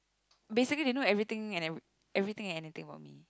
basically they know everything and ev~ everything and anything about me